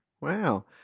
Wow